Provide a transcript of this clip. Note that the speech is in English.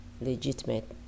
legitimate